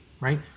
right